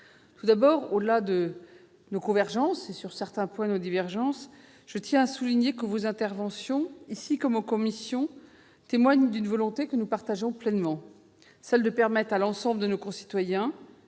Tout d'abord, au-delà de nos convergences et, sur certains points, de nos divergences, je tiens à souligner que vos interventions, en séance comme en commission, témoignent d'une volonté que nous partageons pleinement : permettre à l'ensemble de nos concitoyens,